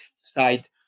side